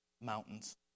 mountains